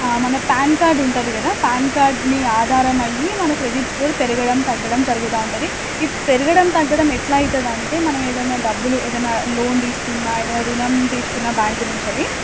మన PAN card ఉంటుంది కదా పాన్ కార్డ్ని ఆధారమయ్యి మన క్రెడిట్ స్కోర్ పెరగడం తగ్గడం జరుగుతూ ఉంటుంది ఈ పెరగడం తగ్గడం ఎలా అవుతుంది అంటే మనం ఏదైనా డబ్బులు ఏదైనా లోన్ తీసుకున్న ఏదైనా రుణం తీసుకున్న బ్యాంక్ నుంచి